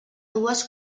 dues